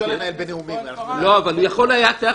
איזו השתקה?